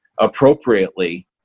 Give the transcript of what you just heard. appropriately